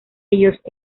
ellos